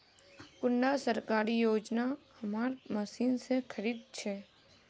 कुंडा सरकारी योजना हमार मशीन से खरीद छै?